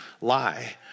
lie